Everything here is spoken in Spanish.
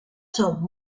son